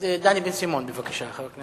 חבר הכנסת דניאל בן-סימון, בבקשה.